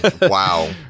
Wow